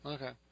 Okay